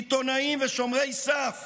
עיתונאים ושומרי סף